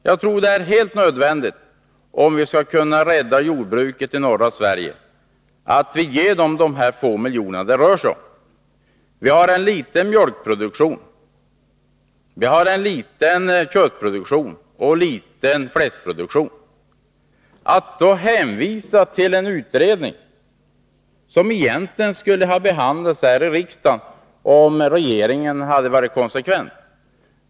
Jagtror att det är alldeles nödvändigt, om vi skall kunna rädda jordbruket i norra Sverige, att vi ger det dessa miljoner. Vi har en liten mjölkproduktion, vi har en liten köttproduktion och en liten fläskproduktion. Utredningen om stöd till jordbruket i norra Sverige skulle egentligen ha behandlats här i riksdagen, om regeringen hade varit konsekvent.